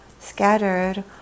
scattered